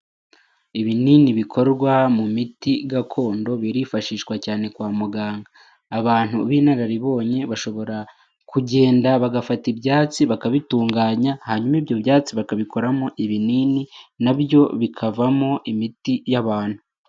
Ibinini bikorwa mu miti gakondo birifashishwa cyane kwa muganga, abantu b'intararibonye bashobora kugenda bagafata ibyatsi bakabitunganya, hanyuma ibyo byatsi bakabikoramo ibinini na byo bikavamo imiti y'abantu.